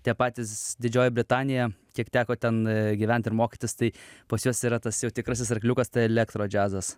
tie patys didžioji britanija kiek teko ten gyvent ir mokytis tai pas juos yra tas jau tikrasis arkliukas tai elektro džiazas